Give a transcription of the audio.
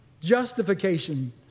justification